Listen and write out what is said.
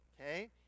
Okay